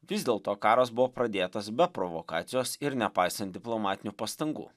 vis dėlto karas buvo pradėtas be provokacijos ir nepaisant diplomatinių pastangų